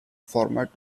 format